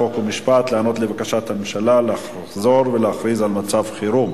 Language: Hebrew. חוק ומשפט להיענות לבקשת הממשלה לחזור ולהכריז על מצב חירום.